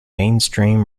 mainstream